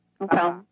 Okay